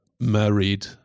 married